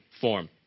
form